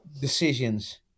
decisions